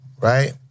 right